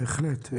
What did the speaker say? בהחלט.